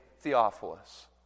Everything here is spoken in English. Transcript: Theophilus